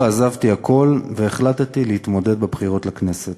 עזבתי הכול והחלטתי להתמודד בבחירות לכנסת.